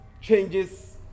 changes